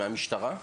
מהמשטרה?